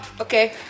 Okay